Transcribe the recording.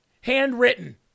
Handwritten